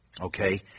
Okay